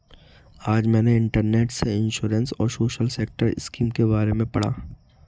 आज मैंने इंटरनेट से इंश्योरेंस और सोशल सेक्टर स्किम के बारे में पढ़ा